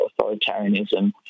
authoritarianism